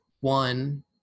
one